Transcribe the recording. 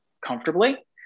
comfortably